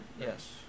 yes